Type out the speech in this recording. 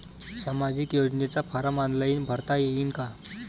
सामाजिक योजनेचा form online भरता येईन का?